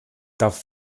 darf